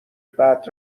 بعد